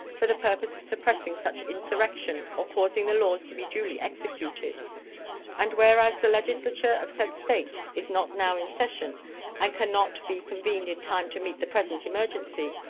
for the purpose of suppressing such insurrection or causing the laws to be duly executed and whereas the legislature of said state is not now in session and can not be convened in time to meet the present emergency,